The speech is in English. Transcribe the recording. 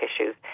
issues